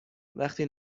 وقتی